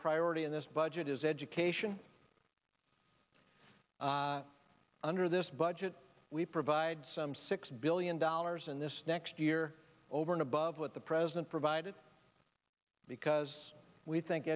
priority in this budget is education under this budget we provide some six billion dollars in this next year over and above what the president provided because we think